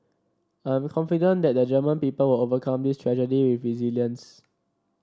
I'm confident that the German people will overcome this tragedy with resilience